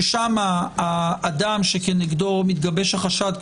ששם האדם שכנגדו מתגבש החשד,